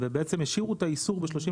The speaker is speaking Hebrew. בעצם השאירו את האיסור ב-38,